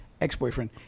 Ex-boyfriend